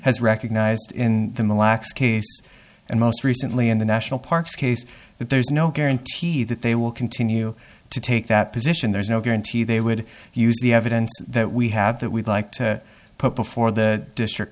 has recognized in the malakas case and most recently in the national parks case that there's no guarantee that they will continue to take that position there's no guarantee they would use the evidence that we have that we'd like to put before the district